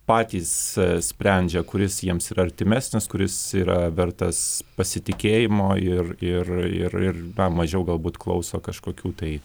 patys sprendžia kuris jiems yra artimesnis kuris yra vertas pasitikėjimo ir ir ir ir mažiau galbūt klauso kažkokių tai